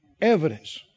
evidence